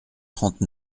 trente